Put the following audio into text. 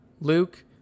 Luke